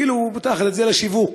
שהיא פותחת את זה לשיווק.